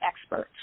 experts